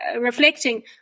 reflecting